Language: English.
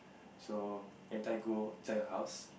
so every time go inside her house